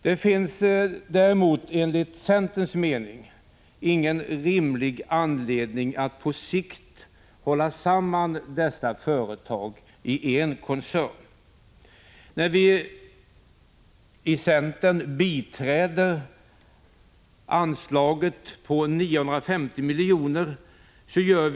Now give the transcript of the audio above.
Det finns däremot enligt centerns mening ingen rimlig anledning att på sikt hålla samman dessa Vi i centern biträder förslaget om ett anslag på 950 milj.kr.